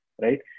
right